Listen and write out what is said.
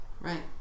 right